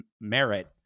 merit